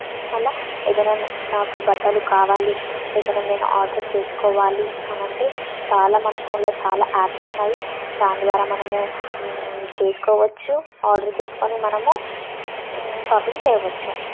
మళ్ళీ ఏదైనా నాకు బట్టలు కావాలి ఏదైనా నేను ఆర్డర్ చేసుకోవాలి అనంటే చాలా మన ఫోన్లో చాలా ఆప్స్ ఉన్నాయి దాని ద్వారా మనమూ చేసుకోవచ్చు ఆర్డర్ చేసుకొని మనము షాపింగ్ చేయవచ్చు